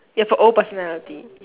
you have a old personality